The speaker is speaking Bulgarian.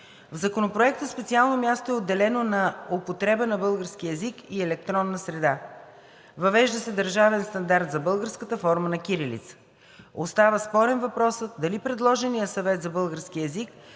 В Законопроекта специално място е отделено на „Употреба на българския език в електронна среда“. Въвежда се държавен стандарт за българската форма на кирилица. Остава спорен въпросът дали предложеният Съвет за българския език